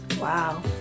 Wow